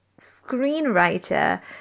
screenwriter